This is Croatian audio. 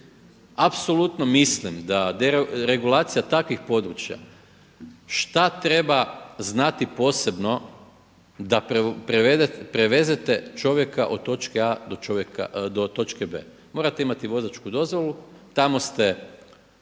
Apsolutno mislim da deregulacija takvih područja šta treba znati posebno da prevezete čovjeka od točke A do točke B. Morate imati vozačku dozvolu. Tamo ste